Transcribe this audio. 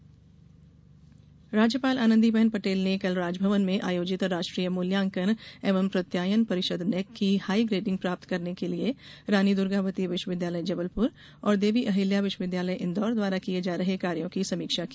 राज्यपाल राज्यपाल आनंदीबेन पटेल ने कल राजभवन में आयोजित राष्ट्रीय मूल्यांकन एवं प्रत्यायन परिषद नैक की हाई ग्रेडिंग प्राप्त करने के लिये रानी द्र्गावती विश्वविद्यालय जबलप्र और देवी अहिल्या विश्वविदयालय इंदौर द्वारा किये जा रहे कार्यों की समीक्षा की